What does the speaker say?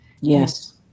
Yes